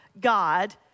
God